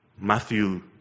Matthew